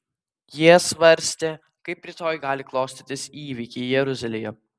jie svarstė kaip rytoj gali klostytis įvykiai jeruzalėje